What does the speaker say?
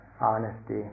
honesty